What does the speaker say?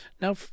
Now